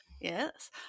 yes